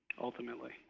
ultimately